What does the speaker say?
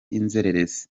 inzererezi